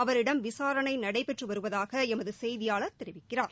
அவரிடம் விசாரணை நடைபெற்று வருவதாக எமது செய்தியாளர் தெரிவிக்கிறார்